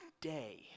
day